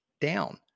down